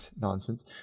nonsense